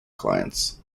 clients